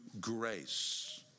grace